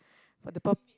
for the purp~